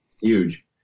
Huge